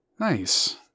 Nice